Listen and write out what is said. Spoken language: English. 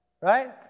Right